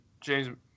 James